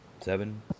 Seven